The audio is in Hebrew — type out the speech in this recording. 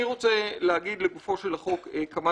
אני רוצה להגיד לגופו של החוק כמה